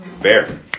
bear